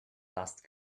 dust